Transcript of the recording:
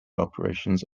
operations